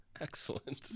Excellent